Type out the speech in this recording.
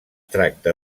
tracta